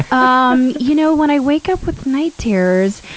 um you know, when i wake up with night terrors,